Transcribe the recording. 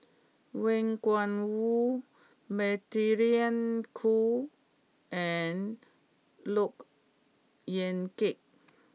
Wang Gungwu Magdalene Khoo and Look Yan Kit